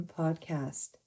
podcast